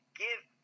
give